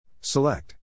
Select